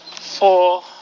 four